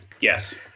Yes